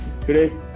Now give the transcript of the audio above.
today